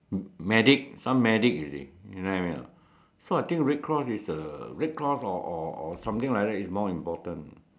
medic medic you see you know what I mean or not so I think red cross is a red cross or or or